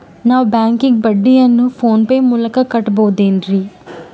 ನಾವು ಬ್ಯಾಂಕಿಗೆ ಬಡ್ಡಿಯನ್ನು ಫೋನ್ ಪೇ ಮೂಲಕ ಕಟ್ಟಬಹುದೇನ್ರಿ?